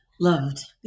Loved